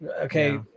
Okay